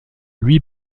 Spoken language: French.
lui